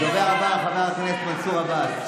הדובר הבא, חבר הכנסת מנסור עבאס.